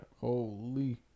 Holy